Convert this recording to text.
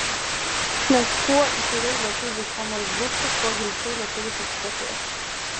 nes kuo įkyriau lietuviui ką nors bruksi tuo greičiau lietuvis atsitokės